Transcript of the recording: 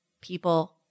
people